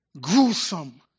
gruesome